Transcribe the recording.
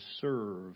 serve